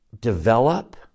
develop